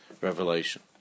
revelation